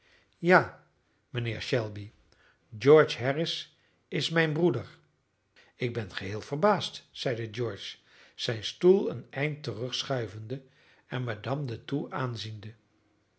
ja mijnheer shelby george harris is mijn broeder ik ben geheel verbaasd zeide george zijn stoel een eind terugschuivende en madame de thoux aanziende